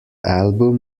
album